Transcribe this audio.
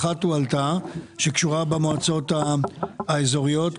שאחת הועלתה וקשורה במועצות האזוריות.